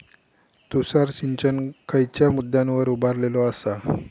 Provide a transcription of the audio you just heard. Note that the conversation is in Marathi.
तुषार सिंचन खयच्या मुद्द्यांवर उभारलेलो आसा?